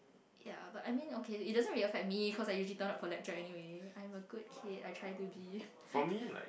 ya but I mean okay it doesn't really affect me because I usually turn up for lecture anyway I'm a good kid I try to be